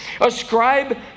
ascribe